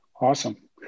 awesome